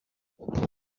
dies